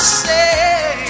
say